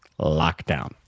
lockdown